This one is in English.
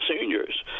seniors